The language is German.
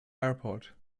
airport